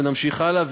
ונמשיך הלאה.